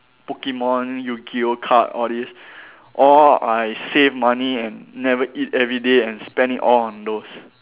Pokemon Yu-Gi-Oh card all these all I save money and never eat everyday and spent it all on those